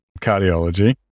cardiology